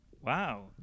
Wow